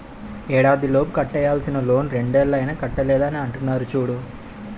ఏడాదిలోపు కట్టేయాల్సిన లోన్ రెండేళ్ళు అయినా కట్టలేదని అంటున్నారు చూడు